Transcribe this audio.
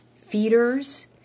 feeders